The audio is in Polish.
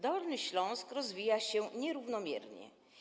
Dolny Śląsk rozwija się nierównomiernie.